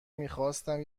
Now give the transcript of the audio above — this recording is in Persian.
میخواستم